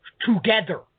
together